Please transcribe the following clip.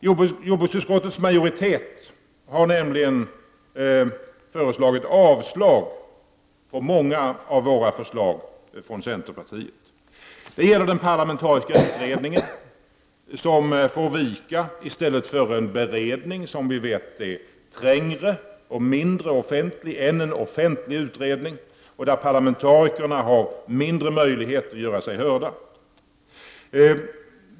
Jordbruksutskottets majoritet har nämligen yrkat avslag på många förslag från centerpartiet. Förslaget om en parlamentarisk utredning får vika och i stället skall en parlamentarisk beredning tillsättas, något som vi vet innebär mindre offentlighet än en offentlig utredning, och parlamentarikerna har där mindre möjlighet att göra sig hörda.